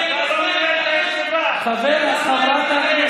תרגיע את עצמך.